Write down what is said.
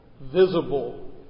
visible